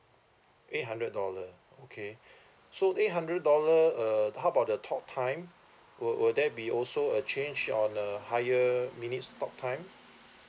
eight hundred dollar okay so eight hundred dollar uh how about the talk time will will that be also a change on a higher minutes talk time